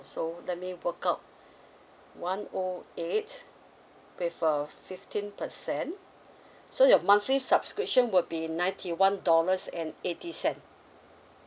so let me work out one O eight with a fifteen percent so your monthly subscription will be ninety one dollars and eighty cent